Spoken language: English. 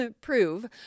prove